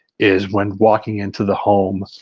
is when walking into the home.